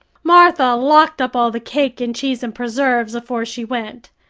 martha locked up all the cake and cheese and preserves afore she went.